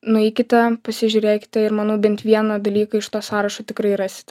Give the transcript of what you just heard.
nueikite pasižiūrėkite ir manau bent vieną dalyką iš to sąrašo tikrai rasite